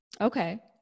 Okay